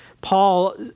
Paul